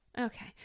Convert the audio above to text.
Okay